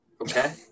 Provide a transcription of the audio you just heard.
Okay